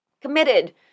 Committed